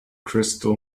crystal